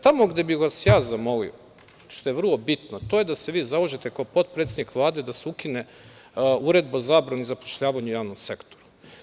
Tamo gde bih vas ja zamolio, što je vrlo bitno, to je da se vi založite kod potpredsednika Vlade da se ukine Uredba o zabrani zapošljavanja u javnom sektoru.